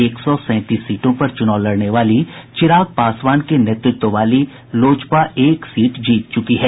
एक सौ सैंतीस सीटो पर चुनाव लड़ने वाली चिराग पासवान के नेतृत्व वाली पार्टी लोजपा एक सीटें जीत चुकी है